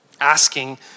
asking